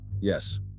Yes